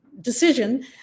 decision